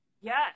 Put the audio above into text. Yes